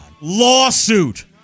Lawsuit